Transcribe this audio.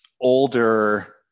older